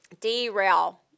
derail